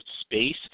space